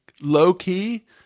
low-key